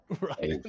Right